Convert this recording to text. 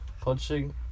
Punching